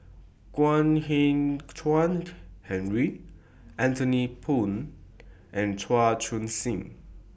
Kwek Hian Chuan Henry Anthony Poon and Chan Chun Sing